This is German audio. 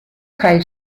kai